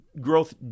growth